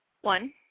One